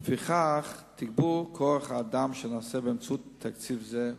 לפיכך תגבור כוח-האדם שנעשה באמצעות תקציב זה הופסק.